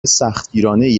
سختگیرانهای